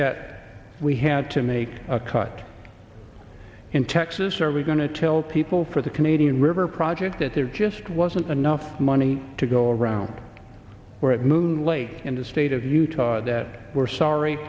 that we had to make a cut in texas are we going to tell people for the canadian river project that there just wasn't enough money to go around or at moon lake in the state of utah that we're sorry